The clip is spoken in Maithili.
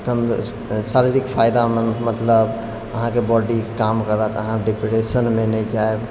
शारीरिक फायदा मतलब अहाँके बॉडी काम करत अहाँ डिप्रेशनमे नहि जायब